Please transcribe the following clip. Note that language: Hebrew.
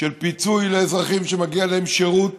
של פיצוי לאזרחים שמגיע להם שירות,